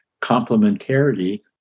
complementarity